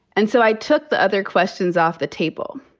and so i took the other questions off the table.